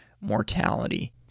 mortality